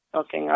okay